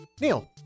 Neil